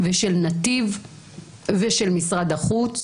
של נתיב ושל משרד החוץ.